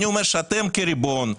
אני אומר שאתם כריבון,